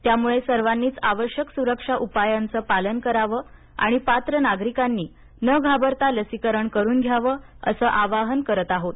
त्यामुळे सर्वांनीच सुरक्षा उपायांच पालन करावं आणि पात्र नागरिकांनी न घाबरता लसीकरण करून घ्यावं अस आवाहन करत आहोत